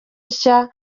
nshya